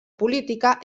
política